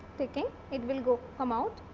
taking, it will go come out.